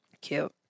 Cute